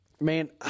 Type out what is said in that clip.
man